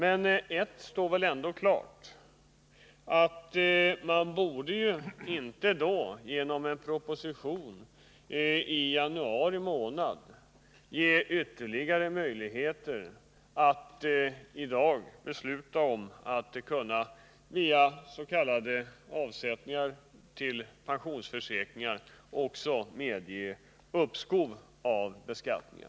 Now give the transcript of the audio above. En sak står ändå klar: Regeringen borde inte genom att lägga fram en proposition i januari månad ha givit riksdagen möjlighet att i dag besluta om en rätt för människor att via avsättningar till pensionsförsäkringar medges uppskov med beskattning.